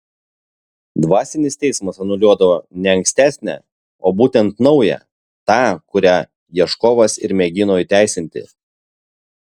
dvasinis teismas anuliuodavo ne ankstesnę o būtent naują tą kurią ieškovas ir mėgino įteisinti